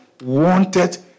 wanted